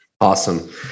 Awesome